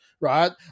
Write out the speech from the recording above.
Right